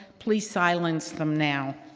please silence them now.